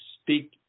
speak